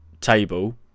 table